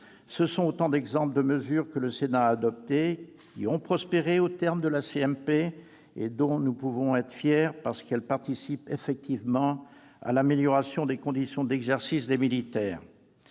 Ce sont autant d'exemples de mesures que le Sénat a adoptées, qui ont prospéré au terme de la CMP et dont nous pouvons être fiers, parce qu'elles participent effectivement à l'amélioration des conditions d'exercice des militaires.